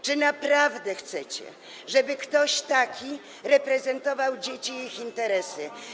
Czy naprawdę chcecie, żeby ktoś taki reprezentował dzieci i ich interesy?